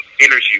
energy